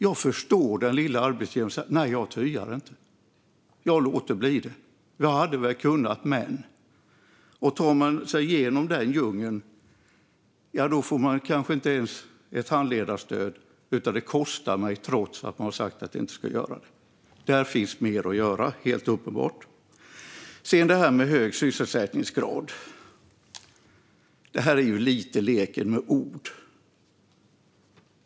Jag förstår den lilla arbetsgivaren som säger: "Nej, jag tyar inte. Jag låter bli det. Jag hade väl kunnat, men ." Och tar man sig igenom den djungeln får man kanske inte ens ett handledarstöd, utan det kostar en trots att det är sagt att det inte ska göra det. Där finns mer att göra, helt uppenbart. Sedan detta med hög sysselsättningsgrad. Det är ju lite av en lek med ord.